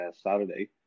Saturday